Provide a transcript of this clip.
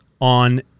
on